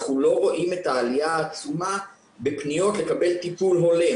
אנחנו לא רואים את העלייה העצומה בפניות לקבל טיפול הולם,